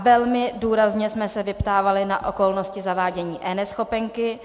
Velmi důrazně jsme se vyptávali na okolnosti zavádění eNeschopenky.